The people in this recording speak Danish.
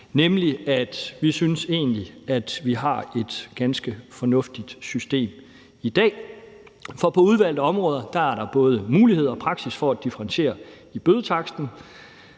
nemlig at vi egentlig synes, at vi har et ganske fornuftigt system i dag. For på udvalgte områder er der både muligheder og praksis for at differentiere i bødetaksten.